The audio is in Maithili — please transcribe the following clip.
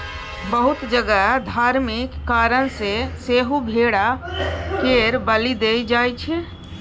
बहुत जगह धार्मिक कारण सँ सेहो भेड़ा केर बलि देल जाइ छै